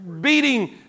beating